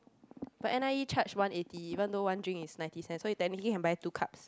but n_i_e charge one eighty even though one drink is ninety cents so you technically can buy two cups